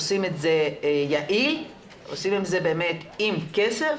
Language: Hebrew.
עושים את זה יעיל, עושים את זה באמת עם כסף.